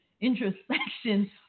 introspection